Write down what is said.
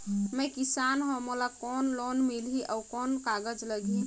मैं किसान हव मोला कौन लोन मिलही? अउ कौन कागज लगही?